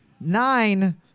nine